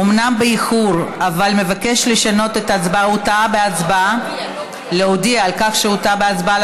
אומנם באיחור אבל מבקש להודיע על כך שהוא טעה בהצבעה על